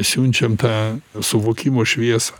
siunčiam tą suvokimo šviesą